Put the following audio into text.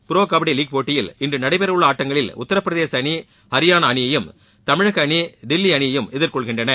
bro kabaddi league போட்டியில் இன்று நடைபெறவுள்ள ஆட்டங்களில் உத்தரப்பிரதேச அணி ஹரியானா அணியையும் தமிழக அணி தில்லி அணியையும் எதிர் கொள்கின்றன